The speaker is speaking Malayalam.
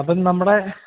അപ്പം നമ്മുടെ